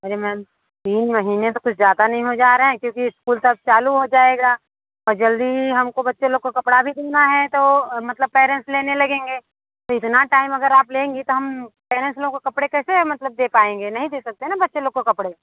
अरे मैम तीन महीने तो कुछ ज्यादा नहीं हो जा रहा है क्योंकि स्कूल तब चालू हो जाएगा तो जल्द ही हमको बच्चे लोग को कपड़ा भी देना है तो मतलब पेरेंट्स लेने लगेंगे तो इतना टाइम अगर आप लेंगी तो हम पेरेंट्स लोग को कपड़े कैसे मतलब दे पाएँगे नहीं दे सकते ना बच्चे लोग को कपड़े